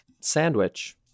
Sandwich